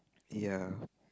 ya